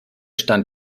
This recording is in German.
stand